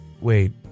Wait